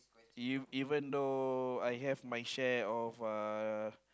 E even though I have my share of uh